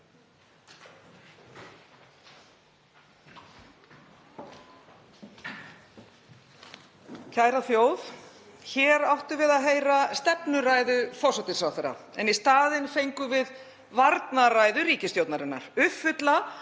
Kæra þjóð. Hér áttum við að heyra stefnuræðu forsætisráðherra. En í staðinn fengum við varnarræðu ríkisstjórnarinnar uppfulla